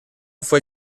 fue